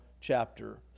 chapter